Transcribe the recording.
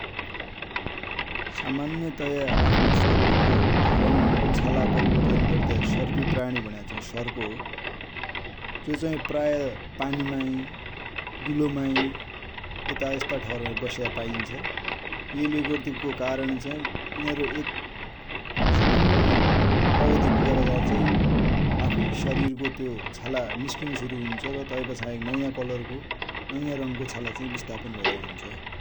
सामान्यतया आफ्नो सरिर को रङ छाला परिवर्तन गर्द्या सर्पिय प्राणी भनेको चाइ सर्प हो । जो चाइ प्राय पानिमाइ, दुलोमाइ प्राय यस्ता ठाउ माइ बसेको पाइन्छ्। यैले यो गर्दु को कारण चाइ यिनरो एक सामान्य अवधि पुगे पछाचाइ आफुइ सरिर को त्यो छाला निस्किन सुरु हुन्छ र तै पछा एक नया कलर को नया रङ को छाला ले बिस्थापन हुन्छ।